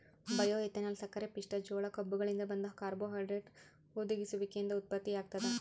bioethanol ಸಕ್ಕರೆಪಿಷ್ಟ ಜೋಳ ಕಬ್ಬುಗಳಿಂದ ಬಂದ ಕಾರ್ಬೋಹೈಡ್ರೇಟ್ ಹುದುಗುಸುವಿಕೆಯಿಂದ ಉತ್ಪತ್ತಿಯಾಗ್ತದ